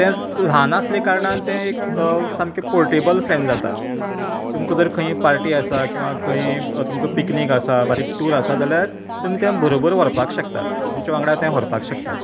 तेत ल्हान आसल्या कारणान तें एक सामकें पोर्टेबल फेन जातात तुमकां जर खंयी पार्टी आसा वा किंवां खंय पिकनीक आसा बारीक टूर आसा जाल्यार तुमी तें बरोबर व्हरपाक शकतात तुमच्या वांगडा तें व्हरपाक शकतात